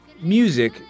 Music